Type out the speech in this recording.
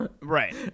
Right